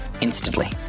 instantly